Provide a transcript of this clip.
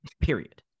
Period